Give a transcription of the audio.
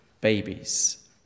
babies